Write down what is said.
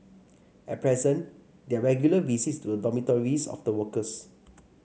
at present there are regular visits to the dormitories of the workers